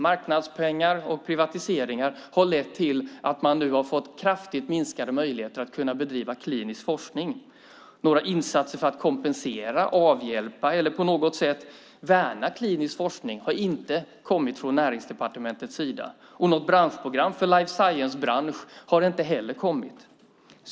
Marknadspengar och privatiseringar har lett till att man nu har fått kraftigt minskade möjligheter att bedriva klinisk forskning. Några insatser för att kompensera, avhjälpa eller på något sätt värna klinisk forskning har inte kommit från Näringsdepartementets sida, och något branschprogram för life science-branschen har inte heller kommit.